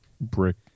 brick